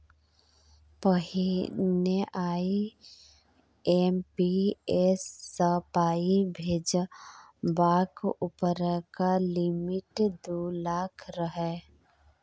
पहिने आइ.एम.पी.एस सँ पाइ भेजबाक उपरका लिमिट दु लाख रहय